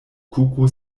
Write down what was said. kuko